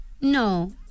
No